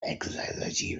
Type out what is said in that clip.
exercise